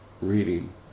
Reading